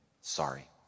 sorry